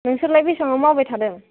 नोंसोरलाय बेसांआव मावबाय थादों